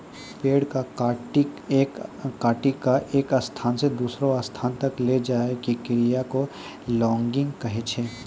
पेड़ कॅ काटिकॅ एक स्थान स दूसरो स्थान तक लै जाय के क्रिया कॅ लॉगिंग कहै छै